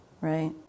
right